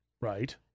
Right